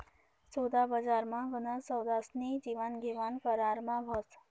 सोदाबजारमा गनच सौदास्नी देवाणघेवाण करारमा व्हस